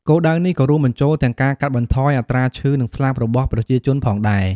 គោលដៅនេះក៏រួមបញ្ចូលទាំងការកាត់បន្ថយអត្រាឈឺនិងស្លាប់របស់ប្រជាជនផងដែរ។